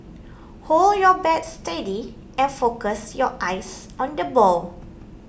hold your bat steady and focus your eyes on the ball